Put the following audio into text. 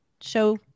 show